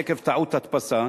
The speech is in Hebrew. עקב טעות הדפסה,